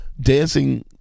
dancing